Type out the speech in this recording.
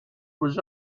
was